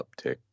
uptick